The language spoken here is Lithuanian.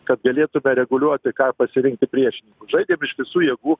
kad galėtume reguliuoti ką pasirinkti priešininku žaidėm iš visų jėgų